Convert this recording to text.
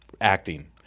acting